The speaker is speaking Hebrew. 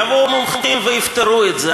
יבואו מומחים ויפתרו את זה.